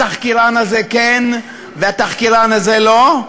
התחקירן הזה כן, והתחקירן הזה, לא.